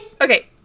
Okay